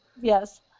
Yes